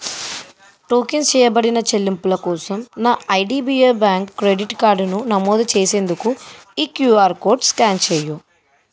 tokens చేయబడిన చెల్లింపుల కోసం నా ఐడిబిఐ బ్యాంక్ క్రెడిట్ కార్డును నమోదు చేసేందుకు ఈ క్యూఆర్ కోడ్ స్కాన్ చేయు